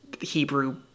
Hebrew